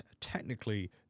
technically